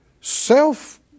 Self